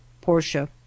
Portia